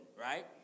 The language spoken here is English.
right